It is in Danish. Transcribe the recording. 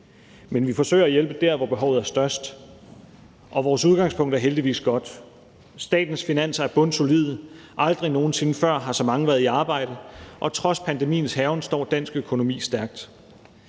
Men vi forsøger at hjælpe der, hvor behovet er størst, og vores udgangspunkt er heldigvis godt. Statens finanser er bundsolide. Aldrig nogen sinde før har så mange været i arbejde, og trods pandemiens hærgen står dansk økonomi stærkt.